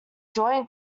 joint